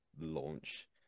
launch